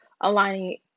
aligning